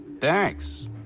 thanks